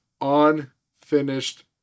unfinished